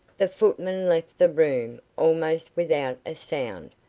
the footman left the room almost without a sound,